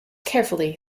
carefully